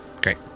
Great